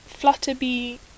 Flutterby